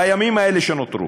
בימים האלה שנותרו,